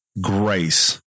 Grace